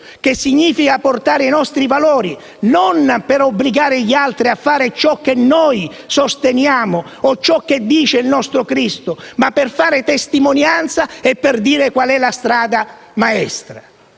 ciò significa portare i nostri valori non per obbligare gli altri a fare ciò che noi sosteniamo o che dice il nostro Cristo, ma per fare testimonianza e dire qual è la strada maestra.